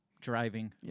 driving